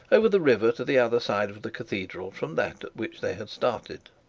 over the river to the other side of the cathedral from that at which they had started.